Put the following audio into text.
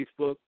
Facebook